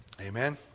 Amen